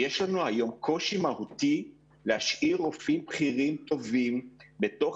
יש לנו היום קושי מהותי להשאיר רופאים בכירים טובים בתוך